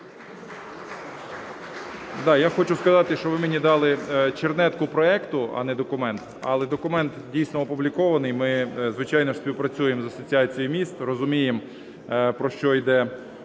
Я хочу сказати, що ви мені дали чернетку проекту, а не документ. Але документ дійсно опублікований, і ми, звичайно ж, співпрацюємо з Асоціацією міст, розуміємо, про що йде